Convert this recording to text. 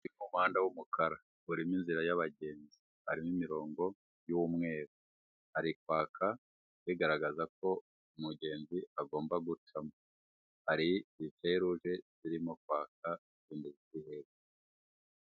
Mu muhanda w'umukara urimo inzira yabagenzi, harimo imirongo y'umweru, hari kwaka bigaragaza ko umugenzi agomba gucamo, hari iferuje zirimo kwaka.